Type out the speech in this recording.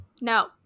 No